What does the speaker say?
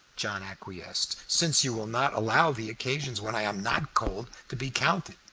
john acquiesced, since you will not allow the occasions when i am not cold to be counted.